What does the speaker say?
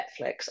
Netflix